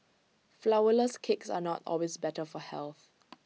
Flourless Cakes are not always better for health